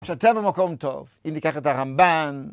שאתה במקום טוב, אם ניקח את הרמבן...